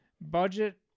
Budget